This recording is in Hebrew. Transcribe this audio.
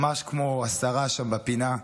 ממש כמו השרה שם בפינה,